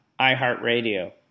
iHeartRadio